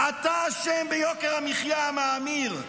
אתה אשם ביוקר המחיה המאמיר,